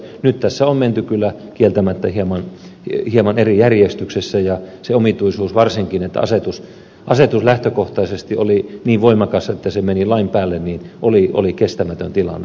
nyt tässä on menty kyllä kieltämättä hieman eri järjestyksessä ja se omituisuus varsinkin että asetus lähtökohtaisesti oli niin voimakas että se meni lain päälle se oli kestämätön tilanne